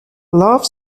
love